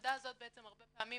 בנקודה הזאת בעצם מתחיל הרבה פעמים